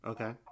Okay